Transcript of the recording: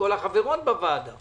והחברות בוועדה